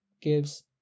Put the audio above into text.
gives